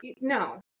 No